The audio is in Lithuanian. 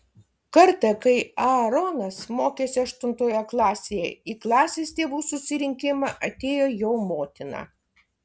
kartą kai aaronas mokėsi aštuntoje klasėje į klasės tėvų susirinkimą atėjo jo motina